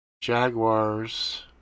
Jaguars